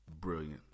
brilliant